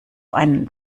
einen